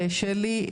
שלי,